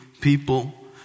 people